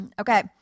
Okay